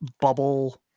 bubble